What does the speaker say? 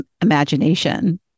imagination